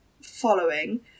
following